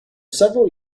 several